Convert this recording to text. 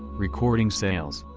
recording sales.